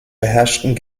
beherrschten